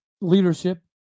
leadership